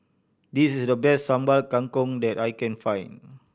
this is the best Sambal Kangkong that I can find